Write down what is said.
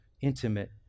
intimate